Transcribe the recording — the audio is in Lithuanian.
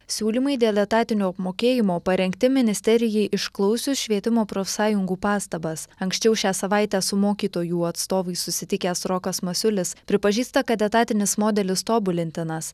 siūlymai dėl etatinio apmokėjimo parengti ministerijai išklausius švietimo profsąjungų pastabas anksčiau šią savaitę su mokytojų atstovais susitikęs rokas masiulis pripažįsta kad etatinis modelis tobulintinas